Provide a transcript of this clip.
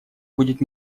будет